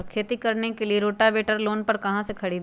खेती करने के लिए रोटावेटर लोन पर कहाँ से खरीदे?